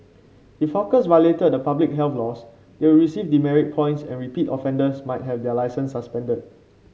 if hawkers violated public health laws they would receive demerit points and repeat offenders might have their licences suspended